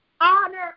honor